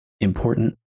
important